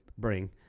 bring